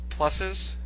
pluses